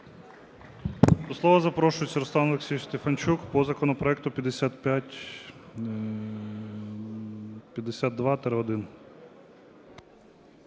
До слова запрошується Руслан Олексійович Стефанчук по законопроекту 5552-1.